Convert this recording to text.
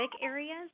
areas